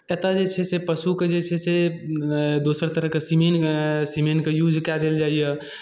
एतय जे छै से पशुके जे छै से दोसर तरहके सीमेन सीमेनके यूज कए देल जाइए